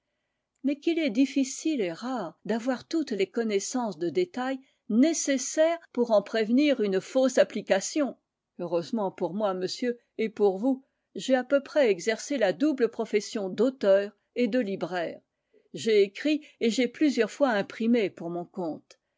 mais qu'il est difficile et rare d'avoir toutes les connaissances de détail nécessaires pour en prévenir une fausse application heureusement pour moi monsieur et pour vous j'ai à peu près exercé la double profession d'auteur et de libraire j'ai écrit et j'ai plusieurs fois imprimé pour mon compte